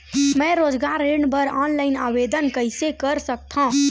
मैं रोजगार ऋण बर ऑनलाइन आवेदन कइसे कर सकथव?